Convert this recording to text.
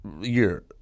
year